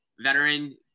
Veteran